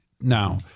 now